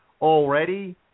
already